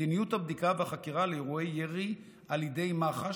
מדיניות הבדיקה והחקירה לאירועי ירי על ידי מח"ש,